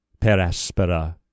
Peraspera